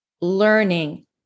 learning